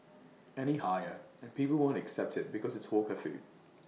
any higher and people won't accept IT because it's hawker food